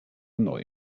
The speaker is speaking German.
neu